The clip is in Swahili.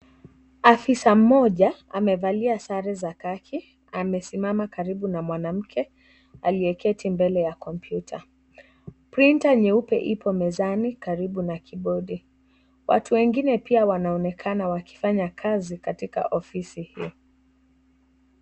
Afisa mmoja amevalia sare za khaki amesimama karibu na mwanamke aliyeketi mbele ya kompyuta. (CS)Printer(CS)nyeupe ipo mezani karibu na kibodi. Watu wengine pia wanaonekana wakifanya kazi katika ofisi hii.